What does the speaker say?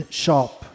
shop